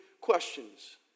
questions